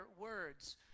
words